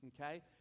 Okay